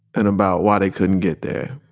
and about why they couldn't get there.